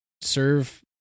serve